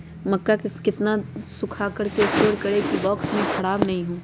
मक्का को कितना सूखा कर स्टोर करें की ओ बॉक्स में ख़राब नहीं हो?